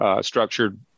structured